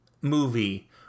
movie